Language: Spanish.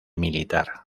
militar